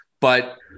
But-